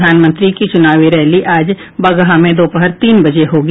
प्रधानमंत्री की चूनावी रैली आज बगहा में दोपरह तीन बजे से होगी